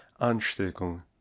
Ansteckung